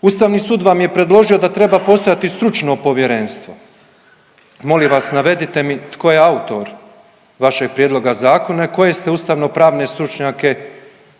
Ustavni sud vam je predložio da treba postojati stručno povjerenstvo, molim vas, navedite mi tko je autor vašeg prijedloga zakona i koje ste ustavnopravne stručnjake